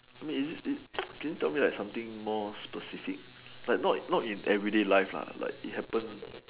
I mean is it it like can you tell me something more specific like not not in everyday life lah like it happen